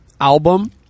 album